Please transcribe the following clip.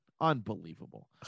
Unbelievable